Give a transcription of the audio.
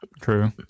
True